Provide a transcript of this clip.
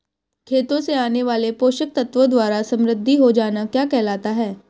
खेतों से आने वाले पोषक तत्वों द्वारा समृद्धि हो जाना क्या कहलाता है?